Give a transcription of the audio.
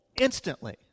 instantly